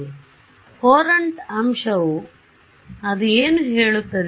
ಆದ್ದರಿಂದ ಕೊರಂಟ್ ಅಂಶವು ಅದು ಏನು ಹೇಳುತ್ತದೆ